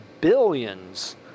billions